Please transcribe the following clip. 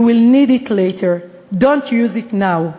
You will need it later, don't use it now.